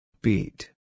Beat